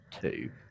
two